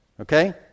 Okay